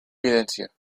evidencia